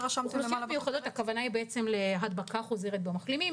הכוונה להדבקה חוזרת במחלימים.